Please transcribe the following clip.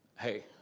Hey